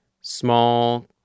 small